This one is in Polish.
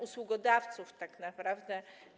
Usługodawców tak naprawdę.